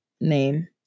name